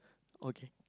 okay